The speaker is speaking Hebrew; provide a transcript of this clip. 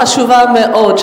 החשובה מאוד,